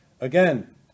Again